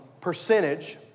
percentage